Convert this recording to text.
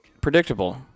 predictable